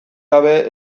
gabe